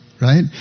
right